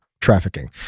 trafficking